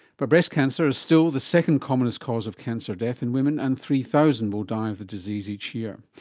but breast cancer is still the second commonest cause of cancer deaths in women and three thousand will die of the disease each year.